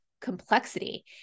complexity